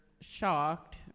shocked